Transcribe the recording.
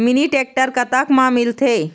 Mini tractor कतक म मिलथे?